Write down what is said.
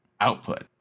output